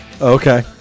Okay